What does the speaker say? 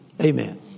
Amen